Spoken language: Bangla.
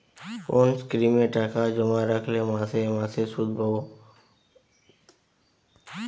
কোন স্কিমে টাকা জমা রাখলে মাসে মাসে সুদ পাব?